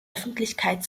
öffentlichkeit